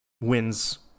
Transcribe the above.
wins